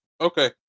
Okay